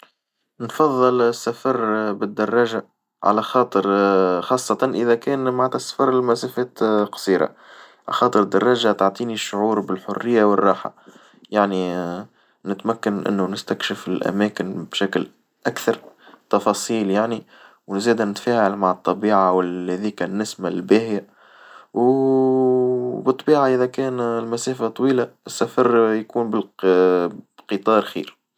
نفضل السفر بالدراجة، على خاطر خاصة إذا كان معنتها السفر لمسافات قصيرة، خاطر الدراجة تعطيني الشعور بالحرية والراحة، يعني نتمكن إنه نستكشف الأماكن بشكل أكثر تفاصيل يعني وزادة نتفاعل مع الطبيعة وهذيكا النسمة الباهية وبالطبيعة إذا كان المسافة طويلة السفر يكون بال بالقطار خير.